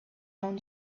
own